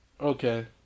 Okay